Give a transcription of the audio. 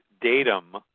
datum